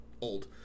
old